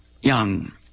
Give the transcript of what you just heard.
young